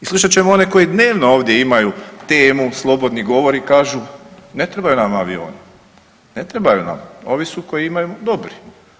I slušat ćemo one koji dnevno ovdje temu, slobodni govor i kažu ne trebaju nama avioni, ne trebaju nam, ovi su koji imaju dobri.